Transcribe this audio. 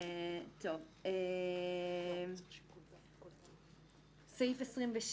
סעיף 27